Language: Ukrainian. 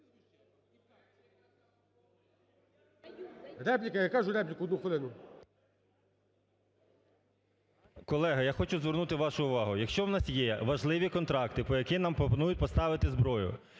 Колеги, я хочу звернути вашу увагу, якщо у нас є важливі контракти, по яким нам пропонують поставити зброю,